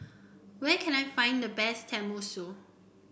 where can I find the best Tenmusu